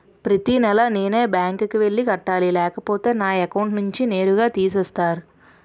ప్రతి నెల నేనే బ్యాంక్ కి వెళ్లి కట్టాలి లేకపోతే నా అకౌంట్ నుంచి నేరుగా తీసేస్తర?